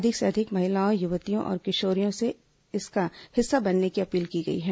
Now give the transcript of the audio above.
अधिक से अधिक महिलाओं युवतियों और किशोरियो से इसका हिस्सा बनने की अपील की गई है